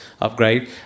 upgrade